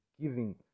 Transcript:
giving